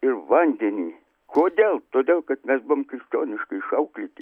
ir vandenį kodėl todėl kad mes buvom krikščioniškai išauklėti